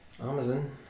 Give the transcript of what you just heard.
Amazon